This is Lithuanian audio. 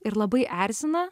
ir labai erzina